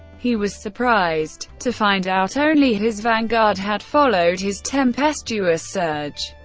he was surprised to find out only his vanguard had followed his tempestuous surge.